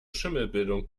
schimmelbildung